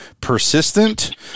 persistent